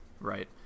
Right